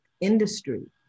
industry